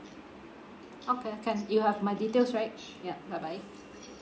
okay can you have my details right ya bye bye